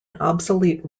obsolete